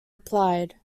applied